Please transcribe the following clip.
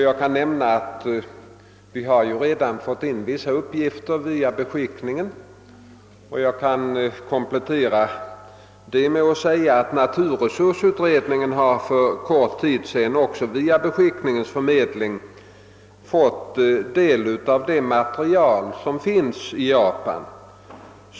Jag nämnde i mitt svar att departementet redan fått in vissa uppgifter via vår beskickning, och jag kan komplettera det med att naturresursutredningen för kort tid sedan också via beskickningens förmedling fått del av det material som nu finns i Japan.